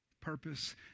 Purpose